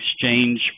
exchange